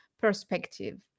perspective